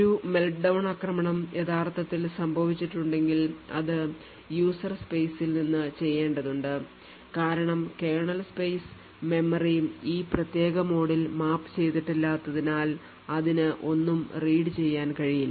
ഒരു meltdown ആക്രമണം യഥാർത്ഥത്തിൽ സംഭവിച്ചിട്ടുണ്ടെങ്കിൽ അത് user space ൽ നിന്ന് ചെയ്യേണ്ടതുണ്ട് കാരണം കേർണൽ സ്പേസ് മെമ്മറി ഈ പ്രത്യേക മോഡിൽ മാപ്പ് ചെയ്തിട്ടില്ലാത്തതിനാൽ അതിനു ഒന്നും read ചെയ്യാൻ കഴിയില്ല